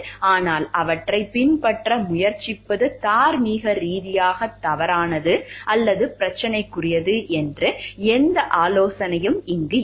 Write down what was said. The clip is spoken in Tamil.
ஆனால் அவற்றைப் பின்பற்ற முயற்சிப்பது தார்மீக ரீதியாக தவறானது அல்லது பிரச்சனைக்குரியது என்று எந்த ஆலோசனையும் இல்லை